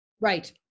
Right